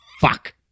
fuck